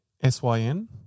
S-Y-N